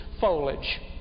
foliage